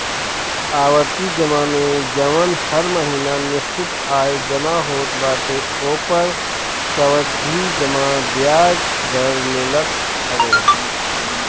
आवर्ती जमा में जवन हर महिना निश्चित आय जमा होत बाटे ओपर सावधि जमा बियाज दर मिलत हवे